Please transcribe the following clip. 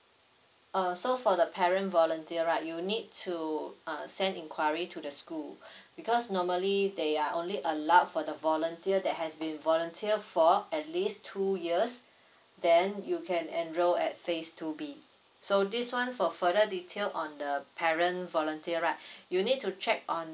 uh so for the parent volunteer right you need to uh send inquiry to the school because normally they are only allowed for the volunteer that has been volunteer for at least two years then you can enroll at phase two B so this one for further detail on the parent volunteer right you need to check on